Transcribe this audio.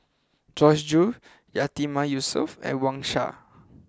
Joyce Jue Yatiman Yusof and Wang Sha